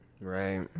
Right